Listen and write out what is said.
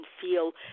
feel